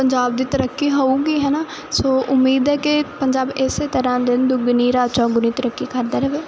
ਪੰਜਾਬ ਦੀ ਤਰੱਕੀ ਹੋਊਗੀ ਹੈ ਨਾ ਸੋ ਉਮੀਦ ਹੈ ਕਿ ਪੰਜਾਬ ਇਸੇ ਤਰ੍ਹਾਂ ਦਿਨ ਦੁਗਣੀ ਰਾਤ ਚੌਗੁਣੀ ਤਰੱਕੀ ਕਰਦਾ ਰਹੇ